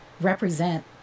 represent